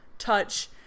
touch